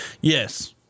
Yes